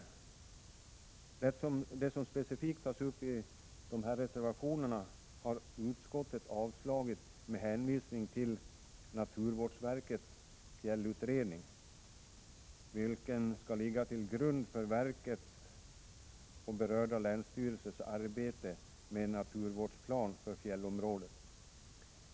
Det som specifikt tas upp i de här reservationerna har utskottet avstyrkt, med hänvisning till naturvårdsverkets fjällutredning, vilken skall ligga till grund för verkets och berörda länsstyrelsers arbete med en naturvårdsplan för fjällområdet.